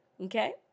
okay